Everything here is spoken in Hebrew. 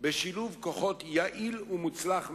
בשילוב כוחות יעיל ומוצלח מאוד,